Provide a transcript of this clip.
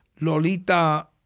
Lolita